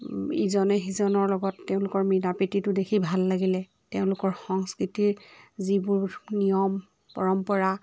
ইজনে সিজনৰ লগত তেওঁলোকৰ মিলা প্ৰীতিটো দেখি ভাল লাগিলে তেওঁলোকৰ সংস্কৃতিৰ যিবোৰ নিয়ম পৰম্পৰা